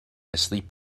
asleep